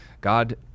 God